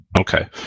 Okay